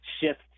shift